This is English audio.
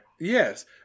Yes